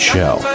Show